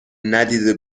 ندیده